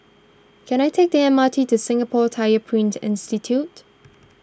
can I take the M R T to Singapore Tyler Print Institute